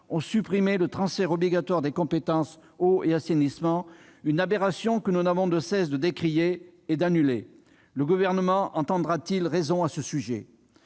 a supprimé le transfert obligatoire de la compétence en matière d'eau et d'assainissement- une aberration que nous n'avons de cesse de dénoncer. Le Gouvernement entendra-t-il raison à ce sujet ?